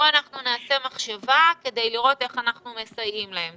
פה אנחנו נעשה מחשבה כדי לראות איך אנחנו מסייעים להם.